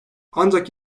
ancak